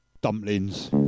dumplings